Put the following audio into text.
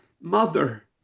mother